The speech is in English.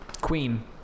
queen